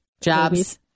Jobs